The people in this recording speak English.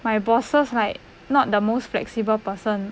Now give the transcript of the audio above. my bosses like not the most flexible person